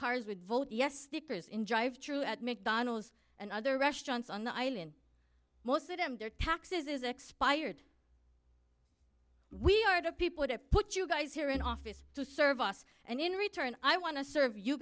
cars would vote yes stickers in jive true at mcdonald's and other restaurants on the island most of them their taxes is expired we are the people that put you guys here in office to serve us and in return i want to serve you